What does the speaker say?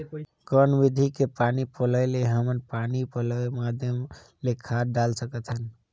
कौन विधि के पानी पलोय ले हमन पानी पलोय के माध्यम ले खाद डाल सकत हन?